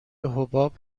حباب